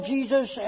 Jesus